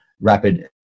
rapid